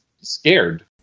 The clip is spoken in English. scared